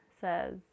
says